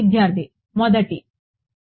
విద్యార్థి మొదటి మొదటి